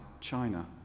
China